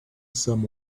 some